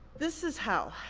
this is how.